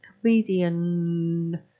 comedian